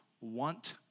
want